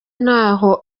ntaho